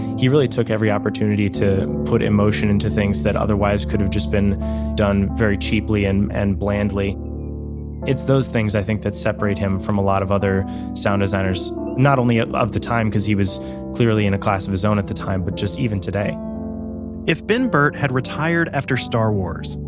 he really took every opportunity to put emotion into things that otherwise could have just been done very cheaply and and blandly it's those things, i think, that separate him from a lot of other sound designers. not only of the time, because he was clearly in a class of his own at the time, but just even today if ben but had retired after star wars,